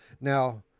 Now